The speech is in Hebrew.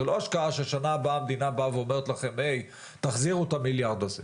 זו לא השקעה שבשנה הבאה המדינה אומרת לכם 'תחזירו את המיליארד הזה'.